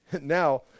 Now